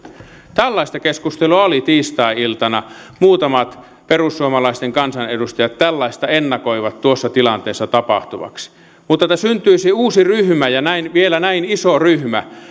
tällaista keskustelua oli tiistai iltana muutamat perussuomalaisten kansanedustajat tällaista ennakoivat tuossa tilanteessa tapahtuvaksi mutta että syntyisi uusi ryhmä ja vielä näin iso ryhmä